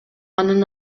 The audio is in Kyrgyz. анын